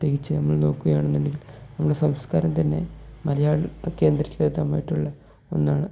പ്രത്യേകിച്ച് നമ്മൾ നോക്കുകയാണെന്നുണ്ടെങ്കിൽ നമ്മുടെ സംസ്കാരം തന്നെ മലയാളം കേന്ദ്രീകൃതമായിട്ടുള്ള ഒന്നാണ്